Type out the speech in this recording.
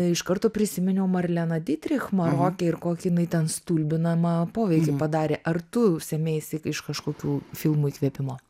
iš karto prisiminiau marleną ditrich maroke ir kokį jinai ten stulbinamą poveikį padarė ar tu sėmeisi iš kažkokių filmų įkvėpimo